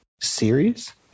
series